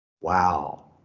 Wow